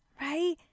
right